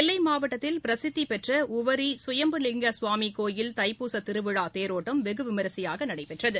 நெல்லை மாவட்டத்தில் பிரசித்தி பெற்ற உவரி சுயம்புலிங்க சுவாமி கோயில் தைப்பூச திருவிழா தேரோட்டம் வெகு விமர்சையாக நடைபெற்றது